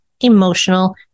emotional